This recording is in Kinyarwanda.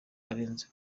arenze